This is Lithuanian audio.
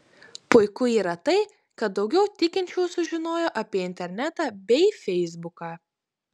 puiku yra tai kad daugiau tikinčiųjų sužinojo apie internetą bei feisbuką